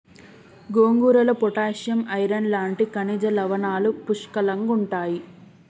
గోంగూరలో potassium, iron లాంటి ఖనిజ లవణాలు పుష్కలంగుంటాయి